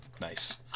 Nice